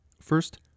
First